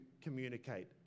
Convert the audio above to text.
communicate